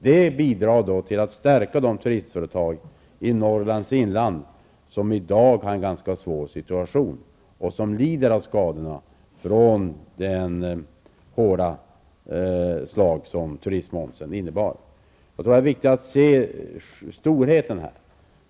Detta bidrar till att stärka de turistföretag i Norrlands inland som i dag har en ganska svår situation och som lider av skadorna från det hårda slag som turistmomsen innebar. Det är viktigt att se storheterna.